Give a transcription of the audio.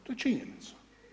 To je činjenica.